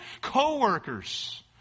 coworkers